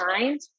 mind